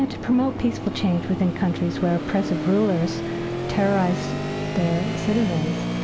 ah to promote peaceful change within countries where oppressive rulers terrorize their citizens.